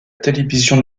télévision